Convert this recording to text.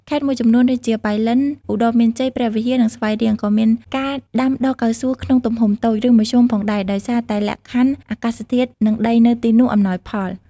ខេត្តមួយចំនួនដូចជា ប៉ៃលិន ឧត្តរមានជ័យ ព្រះវិហារ និងស្វាយរៀង ក៏មានការដាំដុះកៅស៊ូក្នុងទំហំតូច ឬមធ្យមផងដែរ ដោយសារតែលក្ខខណ្ឌអាកាសធាតុ និងដីនៅទីនោះអំណោយផល។